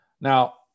Now